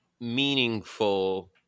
meaningful